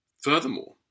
Furthermore